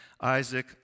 Isaac